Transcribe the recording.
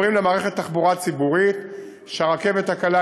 למערכת תחבורה ציבורית שבה הרכבת הקלה